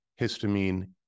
histamine